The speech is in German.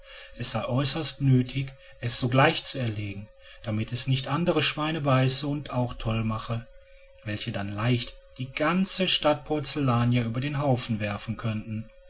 es sei äußerst nötig es sogleich zu erlegen damit es nicht andere schweine beiße und auch toll mache welche dann leicht die ganze stadt porzellania über den haufen werfen könnten